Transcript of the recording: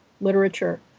literature